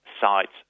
sites